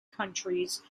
countries